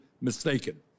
mistaken